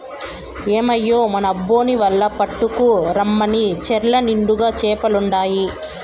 ఏమయ్యో మన అబ్బోన్ని వల పట్టుకు రమ్మను చెర్ల నిండుగా చేపలుండాయి